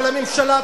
אבל הממשלה,